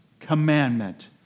Commandment